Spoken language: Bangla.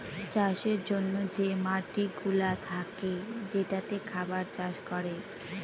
চাষের জন্যে যে মাটিগুলা থাকে যেটাতে খাবার চাষ করে